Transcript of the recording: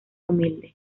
humilde